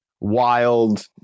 wild